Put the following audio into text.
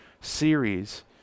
series